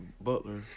Butler